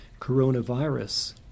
Coronavirus